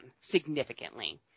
significantly